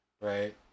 Right